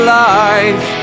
life